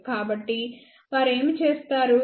కాబట్టి వారు ఏమి చేస్తారు